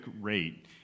rate